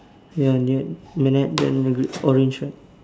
near near near at the orange goods right